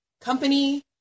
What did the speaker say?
company